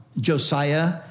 Josiah